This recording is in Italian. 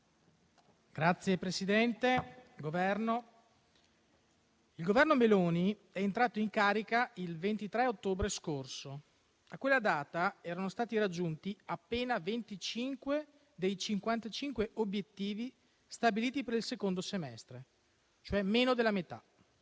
rappresentante del Governo, il Governo Meloni è entrato in carica il 23 ottobre scorso. A quella data erano stati raggiunti appena 25 dei 55 obiettivi stabiliti per il secondo semestre, cioè meno della metà.